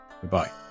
Goodbye